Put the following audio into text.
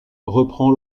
reprend